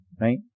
Right